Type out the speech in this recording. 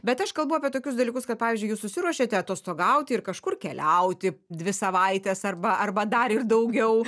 bet aš kalbu apie tokius dalykus kad pavyzdžiui jūs susiruošiate atostogauti ir kažkur keliauti dvi savaites arba arba dar ir daugiau